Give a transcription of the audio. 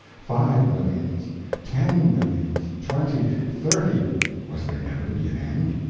five millions ten millions twenty thirty was there never to be an end?